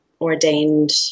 ordained